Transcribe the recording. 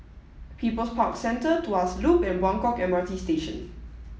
people's Park Centre Tuas Loop and Buangkok M R T Station